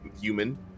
human